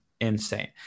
insane